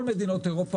כל מדינות אירופה,